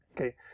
okay